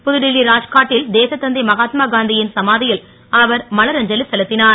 புதுடில்லி ராஜ்காட் டில் தேசத்தந்தை மகாத்மா காந் ன் சமா ல் அவர் மலர் அஞ்சலி செலுத் ஞர்